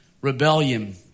Rebellion